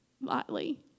lightly